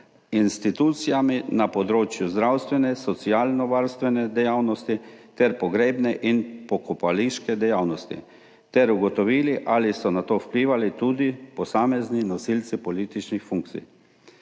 institucijami na področju zdravstvene, socialnovarstvene dejavnosti ter pogrebne in pokopališke dejavnosti ter ugotovili, ali so na to vplivali tudi posamezni nosilci političnih funkcij.